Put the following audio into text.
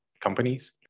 companies